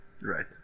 right